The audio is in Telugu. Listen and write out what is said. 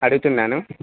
అడుగుతున్నాను